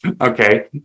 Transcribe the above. Okay